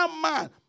man